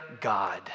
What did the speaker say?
God